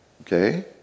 Okay